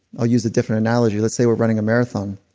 i'll use a different analogy. let's say we're running a marathon.